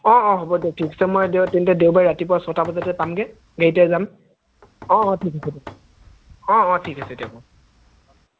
অ অ হ'ব দিয়ক ঠিক আছে মই দিয়ক তেন্তে দেওবাৰে ৰাতিপুৱা ছটা বজাতে পামগৈ গাড়ীতে যাম অ অ ঠিক আছে দিয়ক অ অ ঠিক আছে দিয়ক অ